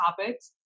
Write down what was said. topics